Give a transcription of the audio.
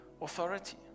authority